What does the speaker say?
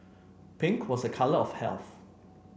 pink was a colour of health